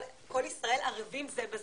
כל ישראל ערבים זה בזה,